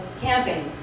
camping